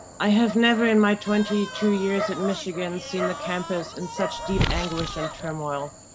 i have never in my twenty two years at michigan seen the campus in such deep anguish and turmoil.